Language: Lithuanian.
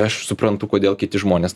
aš suprantu kodėl kiti žmonės